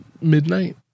midnight